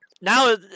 now